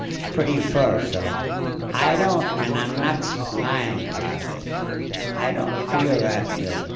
it's pretty full. so i don't and i'm not lying about this i don't feel that.